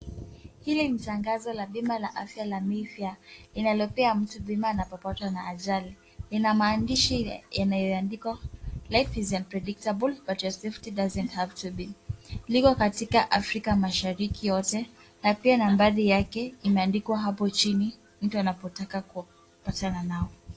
Hili ni tangazo la bima la afya la May fair, linalopea mtu bima anapopatwa na ajali. Lina maandishi yanayoandikwa:[s] Life is unpredictable, but your safety doesn't have to be[s]. Liko katika Afrika Mashariki yote, na pia nambari yake imeandikwa hapo chini, mtu anapotaka kupatana nao.